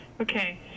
Okay